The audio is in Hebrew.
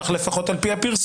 כך לפחות על פי הפרסום.